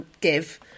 give